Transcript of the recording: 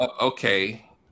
okay